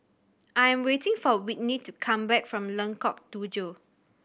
I am waiting for Whitney to come back from Lengkok Tujoh